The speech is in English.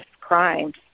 crimes